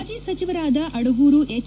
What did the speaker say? ಮಾಜಿ ಸಚಿವರಾದ ಅಡಗೂರು ಎಚ್